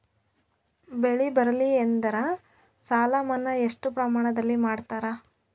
ಬೆಳಿ ಬರಲ್ಲಿ ಎಂದರ ಸಾಲ ಮನ್ನಾ ಎಷ್ಟು ಪ್ರಮಾಣದಲ್ಲಿ ಮಾಡತಾರ?